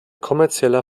kommerzieller